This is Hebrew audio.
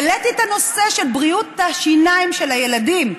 העליתי את הנושא של בריאות השיניים של הילדים,